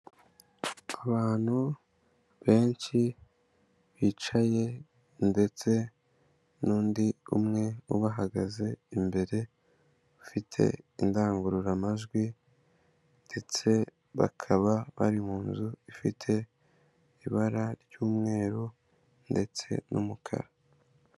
Abantu benshi bicaye ndetse n'undi umwe ubahagaze imbere, bafite indangururamajwi ndetse bakaba bari mu nzu ifite ibara ry'umweru ndetse n'umukara.